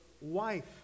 wife